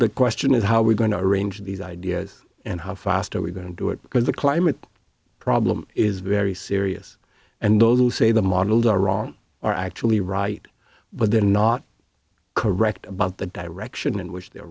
the question is how we're going to arrange these ideas and how fast are we going to do it because the climate problem is very serious and those who say the models are wrong are actually right but they're not correct about the direction in which they're